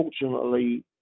unfortunately